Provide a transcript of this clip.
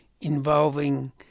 involving